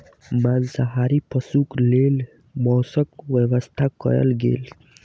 मांसाहारी पशुक लेल मौसक व्यवस्था कयल गेल